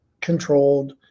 controlled